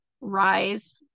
rise